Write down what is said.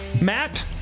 Matt